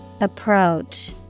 Approach